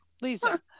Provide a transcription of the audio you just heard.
Lisa